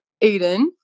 Aiden